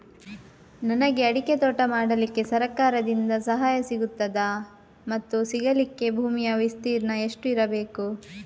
ನನಗೆ ಅಡಿಕೆ ತೋಟ ಮಾಡಲಿಕ್ಕೆ ಸರಕಾರದಿಂದ ಸಹಾಯ ಸಿಗುತ್ತದಾ ಮತ್ತು ಸಿಗಲಿಕ್ಕೆ ಭೂಮಿಯ ವಿಸ್ತೀರ್ಣ ಎಷ್ಟು ಇರಬೇಕು?